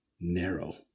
narrow